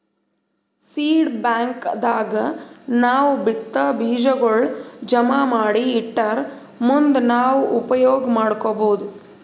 seed bank ದಾಗ್ ನಾವ್ ಬಿತ್ತಾ ಬೀಜಾಗೋಳ್ ಜಮಾ ಮಾಡಿ ಇಟ್ಟರ್ ಮುಂದ್ ನಾವ್ ಉಪಯೋಗ್ ಮಾಡ್ಕೊಬಹುದ್